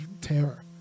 terror